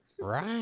right